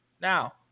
Now